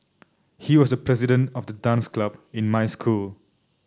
he was the president of the dance club in my school